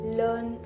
learn